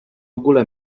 ogóle